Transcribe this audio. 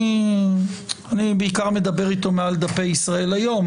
אני מדבר איתו בעיקר מעל דפי "ישראל היום",